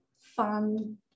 fun